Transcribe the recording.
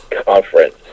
conference